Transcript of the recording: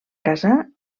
casar